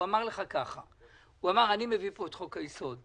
הוא אמר לך כך: אני מביא לפה את חוק היסוד,